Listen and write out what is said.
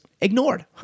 ignored